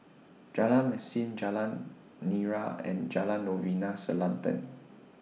Jalan Mesin Jalan Nira and Jalan Novena Selatan